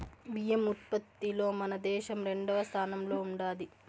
బియ్యం ఉత్పత్తిలో మన దేశం రెండవ స్థానంలో ఉండాది